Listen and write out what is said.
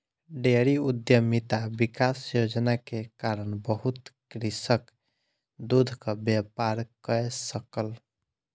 dairy उद्यमिता विकास योजना के कारण बहुत कृषक दूधक व्यापार कय सकल